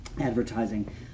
advertising